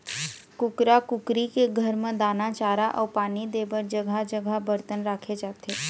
कुकरा कुकरी के घर म दाना, चारा अउ पानी दे बर जघा जघा बरतन राखे जाथे